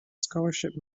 scholarship